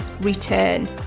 return